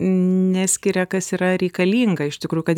neskiria kas yra reikalinga iš tikrųjų kad